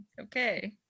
Okay